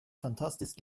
fantastiskt